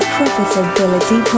Profitability